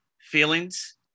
feelings